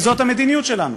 זאת המדיניות שלנו,